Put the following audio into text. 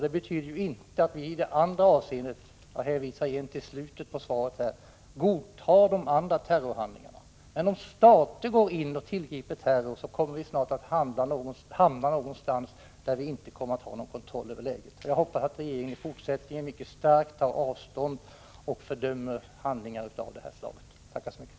Det betyder inte att vi i det andra avseendet — jag hänvisar till slutet av svaret — godtar övriga terrorhandlingar. Om stater tillgriper terror kommer vi emellertid snart att hamna någonstans där vi inte har kontroll över läget. Jag hoppas att regeringen i fortsättningen mycket starkt tar avstånd från och fördömer handlingar av detta slag.